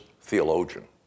theologian